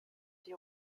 die